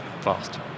fast